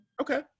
Okay